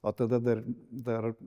o tada dar dar